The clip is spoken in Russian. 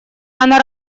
она